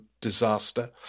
disaster